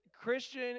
Christian